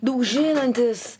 daug žinantis